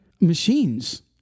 machines